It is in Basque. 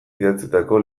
idatzitako